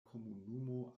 komunumo